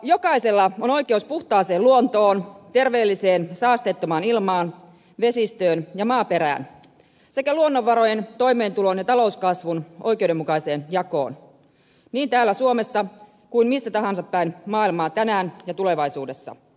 jokaisella on oikeus puhtaaseen luontoon terveelliseen saasteettomaan ilmaan vesistöön ja maaperään sekä luonnonvarojen toimeentulon ja talouskasvun oikeudenmukaiseen jakoon niin täällä suomessa kuin missä tahansa päin maailmaa tänään ja tulevaisuudessa